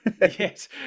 Yes